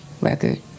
record